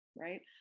right